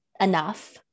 enough